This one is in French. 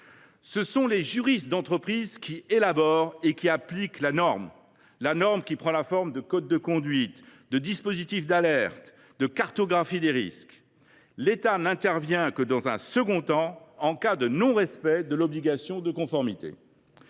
ce sont les juristes d’entreprise qui élaborent et qui appliquent la norme – codes de conduite, dispositifs d’alerte, cartographie des risques… L’État n’intervient plus que dans un second temps, en cas de non respect des obligations de conformité.